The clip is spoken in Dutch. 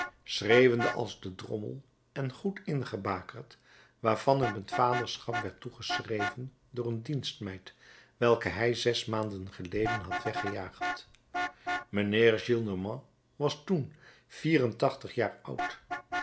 schreeuwende als de drommel en goed ingebakerd waarvan hem het vaderschap werd toegeschreven door een dienstmeid welke hij zes maanden geleden had weggejaagd mijnheer gillenormand was toen vier en tachtig jaar oud